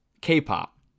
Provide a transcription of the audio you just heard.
K-pop